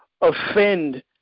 offend